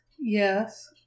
yes